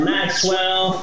Maxwell